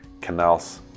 canals